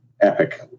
epic